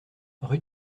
rue